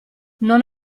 non